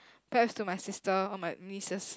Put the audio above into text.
pass to my sister or my nieces